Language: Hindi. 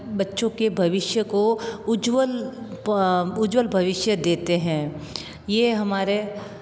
बच्चों के भविष्य को उज्जवल उज्जवल भविष्य देते हैं यह हमारे